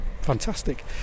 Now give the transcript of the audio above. fantastic